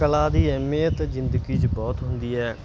ਕਲਾ ਦੀ ਅਹਿਮੀਅਤ ਜ਼ਿੰਦਗੀ 'ਚ ਬਹੁਤ ਹੁੰਦੀ ਹੈ